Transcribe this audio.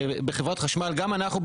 בחברת החשמל גם אנחנו,